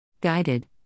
Guided